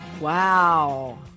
Wow